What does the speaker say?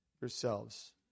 yourselves